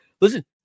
Listen